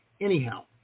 Anyhow